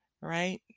Right